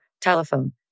Telephone